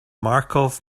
markov